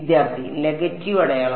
വിദ്യാർത്ഥി നെഗറ്റീവ് അടയാളം